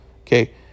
okay